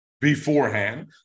beforehand